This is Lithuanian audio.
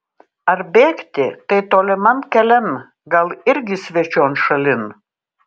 ar bėgti tai toliman kelian gal irgi svečion šalin